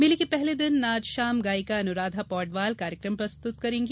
मेले के पहले दिन आज शाम गायिका अनुराघा पौडवाल कार्यक्रम प्रस्तुत करेंगी